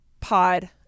pod